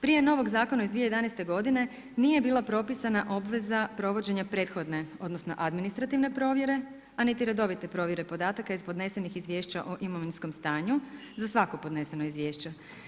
Prije novog Zakona iz 2011. godine nije bila propisana obveza provođenja prethodne, odnosno administrativne provjere, a niti redovite provjere podataka iz podnesenih izviješća o imovinskom stanju za svako podneseno izviješće.